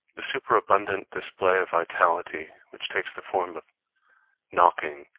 the superabundant display of vitality, which takes the form of knocking,